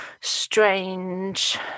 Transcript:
strange